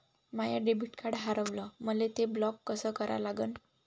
माय debit card हारवलं, मले ते ब्लॉक कस करा लागन?